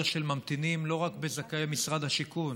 של ממתינים לא רק של זכאי משרד השיכון.